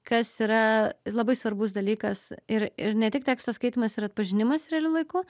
kas yra labai svarbus dalykas ir ir ne tik teksto skaitymas ir atpažinimas realiu laiku